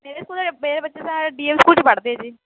ਮੇਰੇ ਕੋਲ ਮੇਰੇ ਬੱਚੇ ਤਾਂ ਡੀ ਏ ਵੀ ਸਕੂਲ ਵਿੱਚ ਪੜ੍ਹਦੇ ਆ ਜੀ